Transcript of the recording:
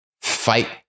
fight